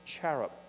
cherub